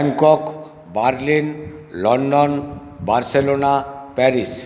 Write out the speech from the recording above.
Bangkok Berlin London Barcelona Paris